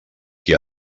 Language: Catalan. qui